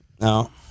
No